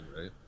right